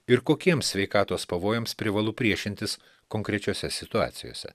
ir kokiems sveikatos pavojams privalu priešintis konkrečiose situacijose